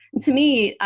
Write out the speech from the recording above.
to me,